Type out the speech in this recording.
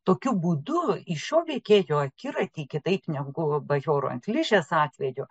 tokiu būdu į šio veikėjo akiratį kitaip negu bajoro ant ližės atveju